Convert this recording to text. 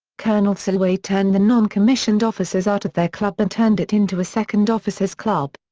colonel selway turned the non-commissioned officers out of their club and turned it into a second officers club.